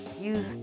use